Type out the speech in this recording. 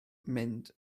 mynd